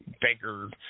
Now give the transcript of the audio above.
Baker